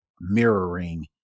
mirroring